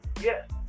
yes